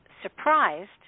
surprised